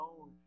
own